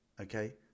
Okay